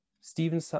Stephen